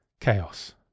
Chaos